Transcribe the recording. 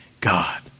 God